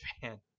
fan